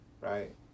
right